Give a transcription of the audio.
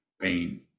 pain